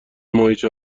ماهیچه